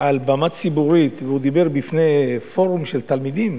על במה ציבורית, והוא דיבר בפני פורום של תלמידים,